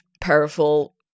powerful